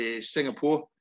Singapore